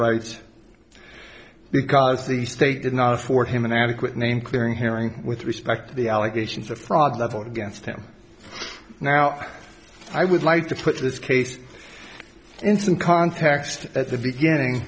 rights because the state did not afford him an adequate name clearing hearing with respect to the allegations of fraud leveled against him now i would like to put this case in some context at the beginning